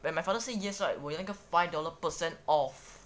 when my father say yes right 我有那个 five dollar percent off